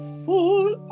full